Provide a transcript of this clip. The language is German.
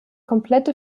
komplette